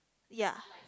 ya